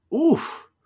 Oof